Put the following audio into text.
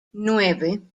nueve